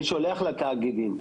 אני שולח לתאגידים,